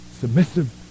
Submissive